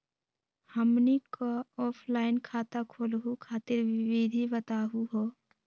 हमनी क ऑफलाइन खाता खोलहु खातिर विधि बताहु हो?